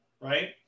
right